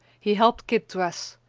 he helped kit dress,